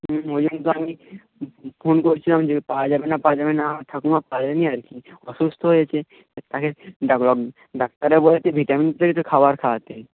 হুম ওইজন্যই তো আমি ফোন করছিলাম যে পাওয়া যাবে না পাওয়া যাবে না ঠাকুমা পারেননি আর কি অসুস্থ হয়েছে তাকে ডাক্তারে বলেছে ভিটামিন খাবার খাওয়াতে